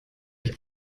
euch